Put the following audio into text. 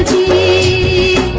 e